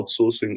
outsourcing